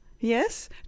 Yes